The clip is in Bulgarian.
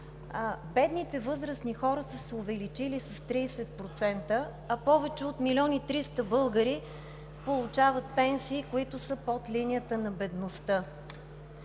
бедните възрастни хора са се увеличили с 30%, а повече от 1 милион 300 хиляди българи получават пенсии, които са под линията на бедността,